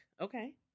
Okay